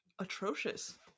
Atrocious